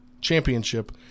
Championship